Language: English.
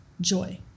joy